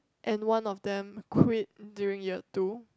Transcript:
and one of them quit during year two